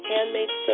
Handmade